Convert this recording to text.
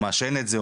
או מעשן את זה,